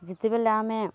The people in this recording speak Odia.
ଯେତେବେଲେ ଆମେ